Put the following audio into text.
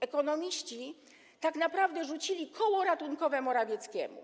Ekonomiści tak naprawdę rzucili koło ratunkowe Morawieckiemu.